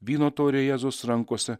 vyno taurė jėzus rankose